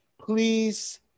Please